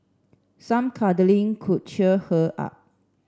some cuddling could cheer her up